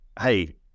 hey